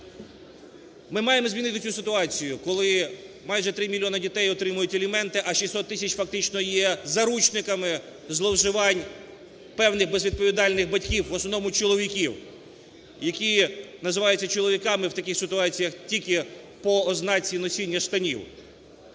Ми маємо змінити цю ситуацію, коли майже 3 мільйони дітей отримують аліменти, а 600 тисяч фактично є заручниками зловживань певних безвідповідальних батьків, в основному чоловіків, які називаються чоловіками в таких ситуаціях тільки по ознаці носіння штанів.